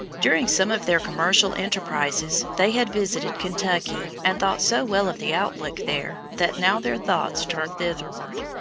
during some of their commercial enterprises they had visited kentucky and thought so well of the outlook there that now their thoughts turned thitherward.